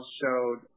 showed